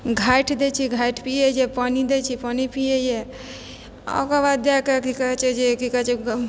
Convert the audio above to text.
घाटि दै छियै घाटि पियै यऽ पानि दै छियै पानि पियै यऽ आओर ओकरबाद जाकऽ कि कहे छै कि कहे छै गऽ